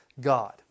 God